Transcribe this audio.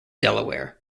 delaware